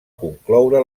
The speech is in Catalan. concloure